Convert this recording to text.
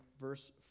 verse